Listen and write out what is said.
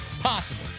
possible